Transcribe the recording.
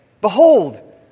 Behold